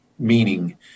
meaning